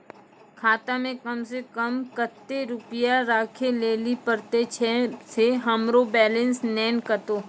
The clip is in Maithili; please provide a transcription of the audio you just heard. खाता मे कम सें कम कत्ते रुपैया राखै लेली परतै, छै सें हमरो बैलेंस नैन कतो?